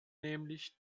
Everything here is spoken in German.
nämlich